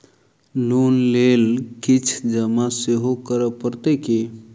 Loan लेल किछ जमा सेहो करै पड़त की?